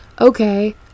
okay